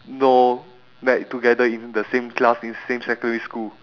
know back together in the same class in same secondary school